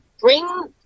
bring